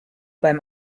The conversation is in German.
beim